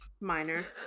minor